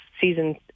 season